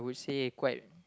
i would say quite